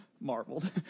marveled